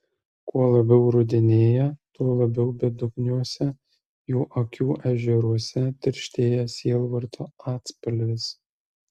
kuo labiau rudenėja tuo labiau bedugniuose jų akių ežeruose tirštėja sielvarto atspalvis